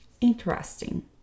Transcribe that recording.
interesting